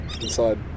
inside